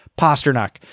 Pasternak